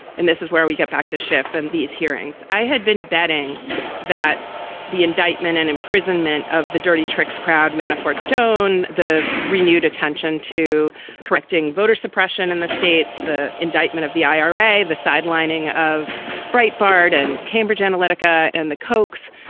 and this is where we get back to schiff and these hearings. i had been betting that the indictment and imprisonment of the dirty tricks crowd, manafort stone, the renewed attention to correcting voter suppression in the states, the indictment of the i r a, the sidelining of bright bird and cambridge analytica and the cokes,